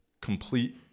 complete